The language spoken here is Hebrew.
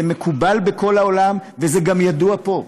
זה מקובל בכל העולם, וזה ידוע גם פה.